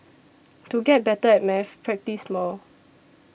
to get better at maths practise more